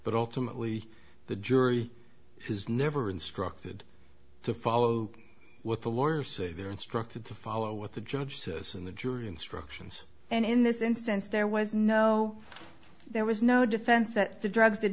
but ultimately the jury is never instructed to follow what the lawyers say they are instructed to follow what the judge says in the jury instructions and in this instance there was no there was no defense that the drugs did